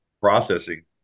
processing